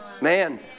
Man